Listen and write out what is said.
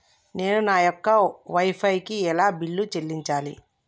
నేను నా యొక్క వై ఫై కి ఎలా బిల్లు చెల్లించాలి?